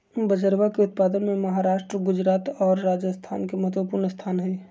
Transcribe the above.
बजरवा के उत्पादन में महाराष्ट्र गुजरात और राजस्थान के महत्वपूर्ण स्थान हई